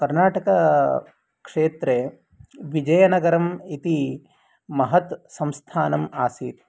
कर्णाटकक्षेत्रे विजयनगरम् इति महत् संस्थानम् आसीत्